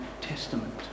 Testament